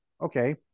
okay